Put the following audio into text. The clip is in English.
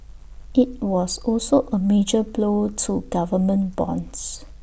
IT was also A major blow to government bonds